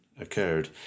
occurred